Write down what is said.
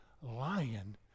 lion